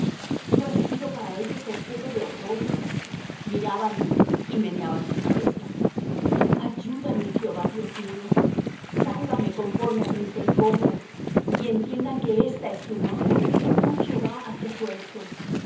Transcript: yo he sido para ellos objeto de oprobio mirábanme y meneaban su cabeza ayúdame jehová dios mío sálvame conforme á tu misericordia y entiendan que ésta es tu mano que tú jehová has hecho esto